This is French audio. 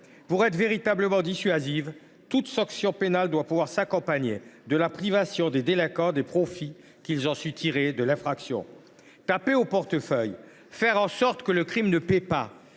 Pour être véritablement dissuasive, toute sanction pénale doit pouvoir s’accompagner de la privation des délinquants des profits qu’ils ont pu tirer de l’infraction. » Taper au portefeuille, faire en sorte que le crime ne paie pas